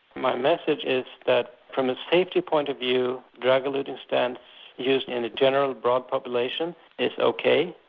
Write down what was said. my message is that from a safety point of view drug-eluting stents used in a general, broad population is ok.